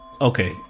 Okay